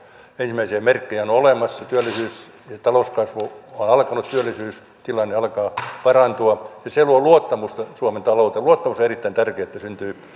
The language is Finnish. ensimmäisiä merkkejä on on olemassa työllisyys ja talouskasvu on on alkanut työllisyystilanne alkaa parantua ja se luo luottamusta suomen talouteen luottamus on erittäin tärkeää että syntyy